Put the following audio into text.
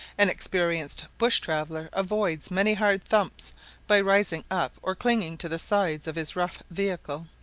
an experienced bush-traveller avoids many hard thumps by rising up or clinging to the sides of his rough vehicle.